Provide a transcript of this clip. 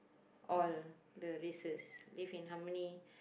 all the races live in harmony